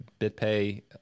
BitPay